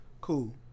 Cool